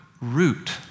root